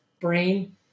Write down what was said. brain